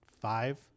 five